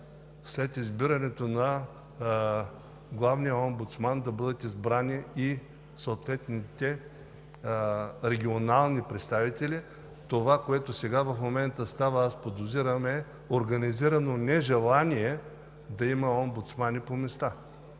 след избирането на главния омбудсман да бъдат избрани и съответните регионални представители. Това, което в момента става, подозирам, е организирано нежелание да има омбудсмани по места.